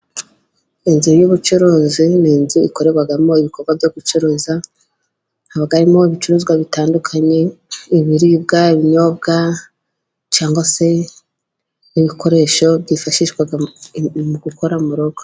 Inzu y'ubucuruzi ni inzu ikorerwamo ibikorwa byo gucuruza, haba harimo ibicuruzwa bitandukanye, ibiribwa, ibinyobwa cyangwa se ibikoresho byifashishwa mu gukora mu rugo.